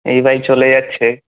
এই ভাই চলে যাচ্ছে